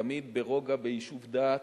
תמיד ברוגע, ביישוב דעת,